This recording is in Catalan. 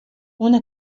una